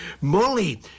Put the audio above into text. Molly